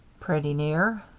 pretty near.